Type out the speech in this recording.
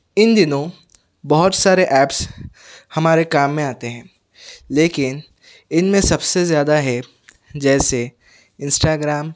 ان دنوں بہت سارے ایپس ہمارے کام میں آتے ہیں لیکن ان میں سب سے زیادہ ہے جیسے انسٹاگرام